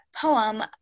poem